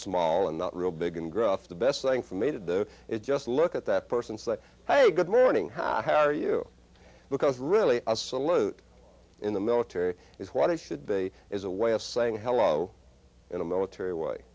small and not real big and gruff the best thing for me did the it just look at that person say hey good morning how are you because really a salute in the military is what it should be a is a way of saying hello in a military